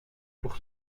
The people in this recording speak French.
pour